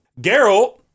Geralt